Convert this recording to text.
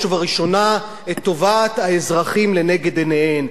ובראשונה את טובת האזרחים לנגד עיניהן,